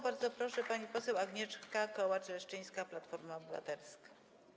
Bardzo proszę, pani poseł Agnieszka Kołacz-Leszczyńska, Platforma Obywatelska.